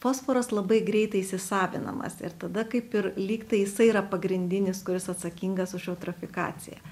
fosforas labai greitai įsisavinamas ir tada kaip ir lygtai jisai yra pagrindinis kuris atsakingas už eutrofikaciją